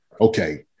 okay